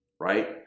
right